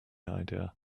idea